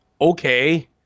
okay